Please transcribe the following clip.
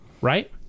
right